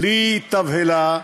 בלי תבהלה,